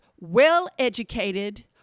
well-educated